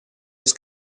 its